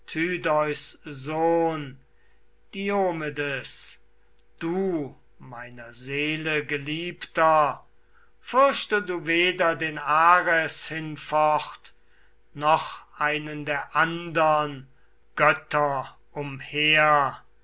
du meiner seele geliebter fürchte du weder den ares hinfort noch einen der andern götter umher